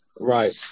Right